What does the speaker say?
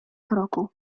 kroku